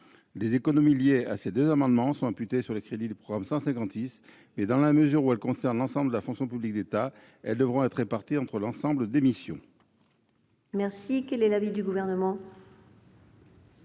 Les économies liées à l'adoption de cet amendement seront imputées sur les crédits du programme 156. Dans la mesure où elles concernent l'ensemble de la fonction publique d'État, elles devront être réparties entre toutes les missions.